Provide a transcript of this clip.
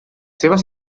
seves